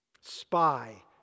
Spy